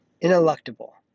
Ineluctable